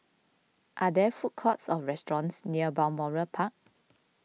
are there food courts or restaurants near Balmoral Park